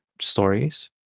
stories